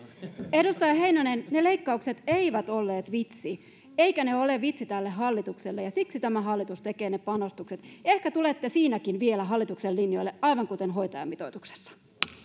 edustaja heinonen ne leikkaukset eivät olleet vitsi eivätkä ne ole vitsi tälle hallitukselle ja siksi tämä hallitus tekee ne panostukset ehkä tulette siinäkin vielä hallituksen linjoille aivan kuten hoitajamitoituksessa